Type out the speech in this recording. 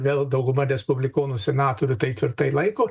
vėl dauguma respublikonų senatorių tai tvirtai laiko